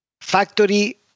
factory